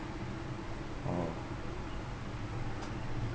oh